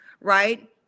right